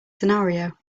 scenario